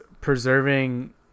preserving